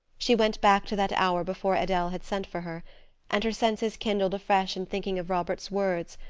she went back to that hour before adele had sent for her and her senses kindled afresh in thinking of robert's words,